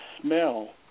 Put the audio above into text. smell